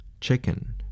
Chicken